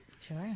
Sure